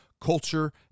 culture